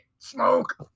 smoke